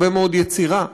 הרבה מאוד יצירה.